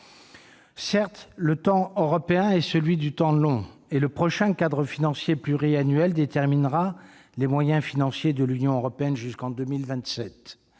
Certes, le temps européen relève du temps long, et le prochain cadre financier pluriannuel déterminera les moyens financiers de l'Union européenne jusqu'en 2027.